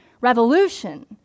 revolution